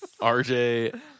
RJ